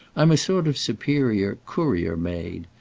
i'm a sort of superior courier-maid.